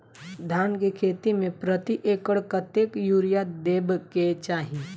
धान केँ खेती मे प्रति एकड़ कतेक यूरिया देब केँ चाहि?